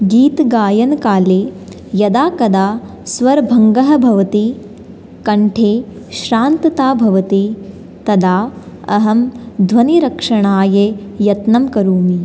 गीतगायनकाले यदा कदा स्वरभङ्गः भवति कण्ठे श्रान्तता भवति तदा अहं ध्वनिरक्षणायै यत्नं करोमि